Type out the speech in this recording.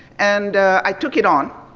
and i took it on.